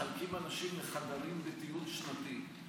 מחלקים אנשים לחדרים בפעילות שנתית.